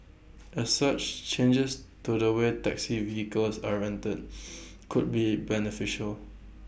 as such changes to the way taxi vehicles are rented could be beneficial